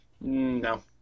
No